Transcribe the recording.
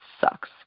sucks